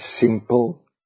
simple